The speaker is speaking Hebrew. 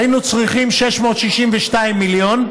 היינו צריכים 662 מיליון,